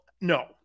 No